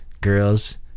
Girls